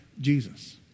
Jesus